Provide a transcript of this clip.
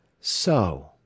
So